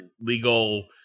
legal